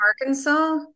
Arkansas